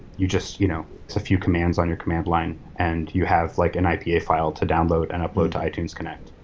you just you know just a few commands on your command line and you have like an ipa file to download and upload to itunes connect.